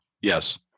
yes